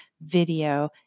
video